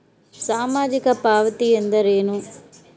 ಸಾಮಾಜಿಕ ಪಾವತಿ ಎಂದರೇನು?